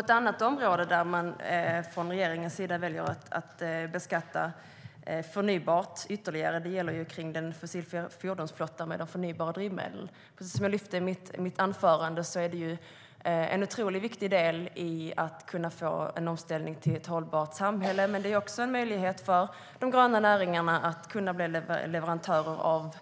Ett annat område där man från regeringens sida väljer att beskatta förnybart ytterligare gäller den fossilfria fordonsflottan med de förnybara drivmedlen. Precis som jag lyfte i mitt anförande är detta en mycket viktig del i att få en omställning till ett hållbart samhälle. Det är också en möjlighet för de gröna näringarna att bli leverantörer av